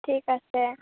ঠিক আছে